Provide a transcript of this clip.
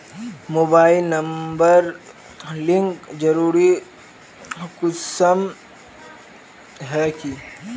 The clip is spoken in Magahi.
मोबाईल नंबर लिंक जरुरी कुंसम है की?